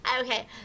Okay